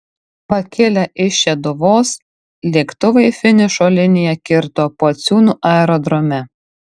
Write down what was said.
pakilę iš šeduvos lėktuvai finišo liniją kirto pociūnų aerodrome